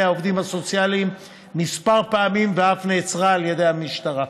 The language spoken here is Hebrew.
העובדים הסוציאליים כמה פעמים ואף נעצרה על ידי המשטרה.